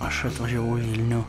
aš atvažiavau į vilnių